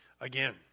Again